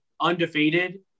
undefeated